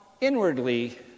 inwardly